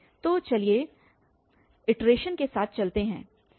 तो चलिए iterations के साथ चलते हैं